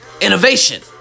innovation